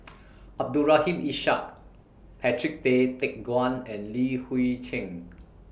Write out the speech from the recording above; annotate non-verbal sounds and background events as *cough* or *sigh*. *noise* Abdul Rahim Ishak Patrick Tay Teck Guan and Li Hui Cheng